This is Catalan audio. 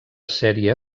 sèrie